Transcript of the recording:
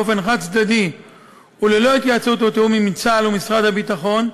באופן חד-צדדי וללא התייעצות ותיאום עם צה"ל ומשרד הביטחון,